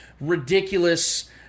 ridiculous